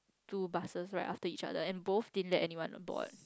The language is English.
two buses right after each other and both didn't let anyone aboard